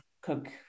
cook